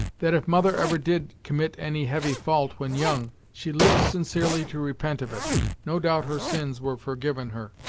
that if mother ever did commit any heavy fault when young, she lived sincerely to repent of it no doubt her sins were forgiven her.